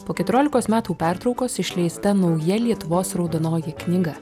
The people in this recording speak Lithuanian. po keturiolikos metų pertraukos išleista nauja lietuvos raudonoji knyga